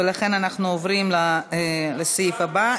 ולכן אנחנו עוברים לסעיף הבא.